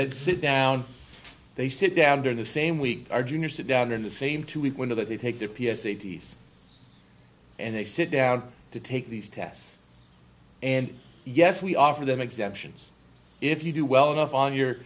that sit down they sit down during the same week or junior sit down in the same two week window that they take their p s a t s and they sit down to take these tests and yes we offer them exemptions if you do well enough on your